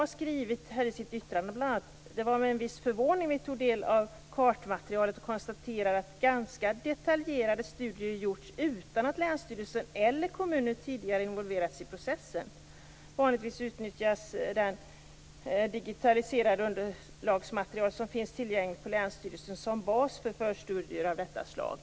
De skrev bl.a. i sitt yttrande: "Det var med viss förvåning vi tog del av kartmaterialet och konstaterade att ganska detaljerade studier gjorts utan att länsstyrelse eller kommuner tidigare involverats i processen. Vanligtvis utnyttjas det digitaliserade underlagsmaterial, som finns tillgängligt på länsstyrelserna, som bas i förstudier av detta slag."